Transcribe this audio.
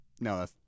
No